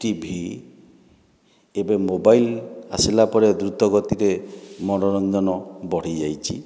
TV ଏବେ mobile ଆସିଲା ପରେ ଦ୍ରୁତଗତିରେ ମନୋରଞ୍ଜନ ବଢ଼ିଯାଇଛି